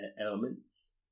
elements